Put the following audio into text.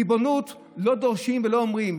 ריבונות לא דורשים ולא אומרים,